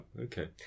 okay